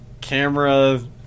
camera